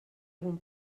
algun